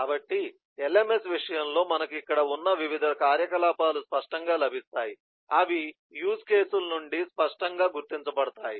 కాబట్టి LMS విషయంలో మనకు ఇక్కడ ఉన్న వివిధ కార్యకలాపాలు స్పష్టంగా లభిస్తాయి అవి యూజ్ కేసుల నుండి స్పష్టంగా గుర్తించబడతాయి